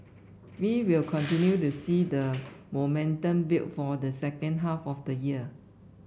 we will continue to see the momentum build for the second half of the year